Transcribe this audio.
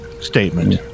statement